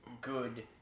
good